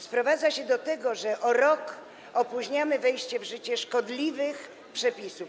Sprowadza się do tego, że o rok opóźniamy wejście w życie szkodliwych przepisów.